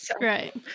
Right